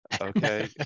Okay